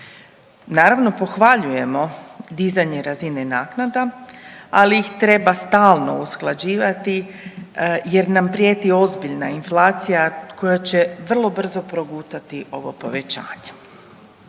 Naravno, pohvaljujemo dizanje razina naknada, ali ih treba stalno usklađivati jer nam prijeti ozbiljna inflacija koja će vrlo brzo progutati ovo povećanje.